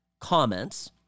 comments